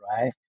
right